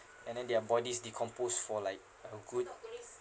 and then their bodies decomposed for like uh good